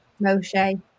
Moshe